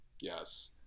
yes